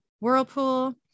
whirlpool